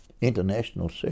international